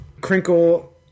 Crinkle